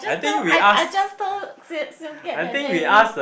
just told I I just told Siew Siew-Kiat that day only